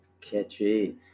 Catchy